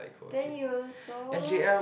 then you also